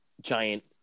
giant